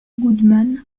goodman